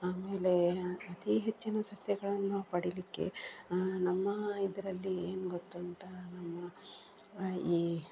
ಆಮೇಲೆ ಅತಿ ಹೆಚ್ಚಿನ ಸಸ್ಯಗಳನ್ನು ಪಡೀಲಿಕ್ಕೆ ನಮ್ಮ ಇದರಲ್ಲಿ ಏನು ಗೊತ್ತುಂಟಾ ನಮ್ಮ ಈ